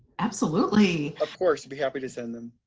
absolutely! of course, be happy to send them.